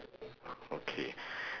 okay